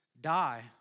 die